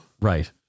Right